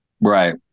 Right